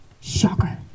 Shocker